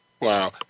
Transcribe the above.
Wow